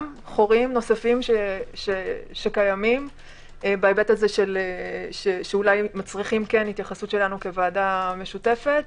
חורים אחרים שקיימים בהיבט שאולי מצריכים התייחסות שלנו כוועדה משותפת.